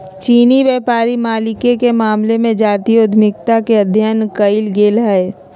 चीनी व्यापारी मालिके मामले में जातीय उद्यमिता के अध्ययन कएल गेल हइ